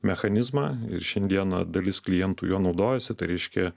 mechanizmą ir šiandieną dalis klientų juo naudojasi tai reiškia